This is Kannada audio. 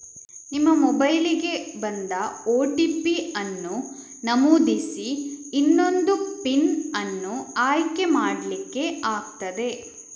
ನಿಮ್ಮ ಮೊಬೈಲಿಗೆ ಬಂದ ಓ.ಟಿ.ಪಿ ಅನ್ನು ನಮೂದಿಸಿ ಇನ್ನೊಂದು ಪಿನ್ ಅನ್ನು ಆಯ್ಕೆ ಮಾಡ್ಲಿಕ್ಕೆ ಆಗ್ತದೆ